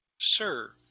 Sir